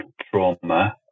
trauma